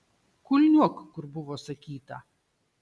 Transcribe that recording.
kulniuok kur buvo sakyta